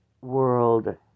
world